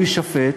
הוא יישפט,